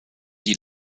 die